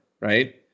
right